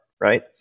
Right